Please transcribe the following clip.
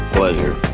Pleasure